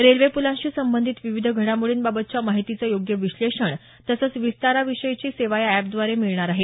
railway पुलांशी संबंधित विविध घडामोडींबाबतच्या माहितीचं योग्य विश्लेषण तसंच विस्ताराविषयीची सेवा या अॅपद्वारे मिळणार आहे